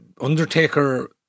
undertaker